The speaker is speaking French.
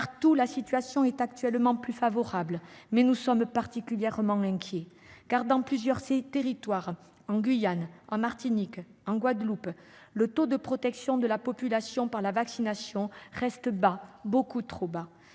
Partout, la situation est actuellement plus favorable, mais nous sommes particulièrement inquiets, car, dans plusieurs territoires, en Guyane, en Martinique, en Guadeloupe, le taux de protection de la population par la vaccination reste bas, beaucoup trop bas.